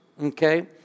okay